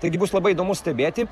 taigi bus labai įdomu stebėti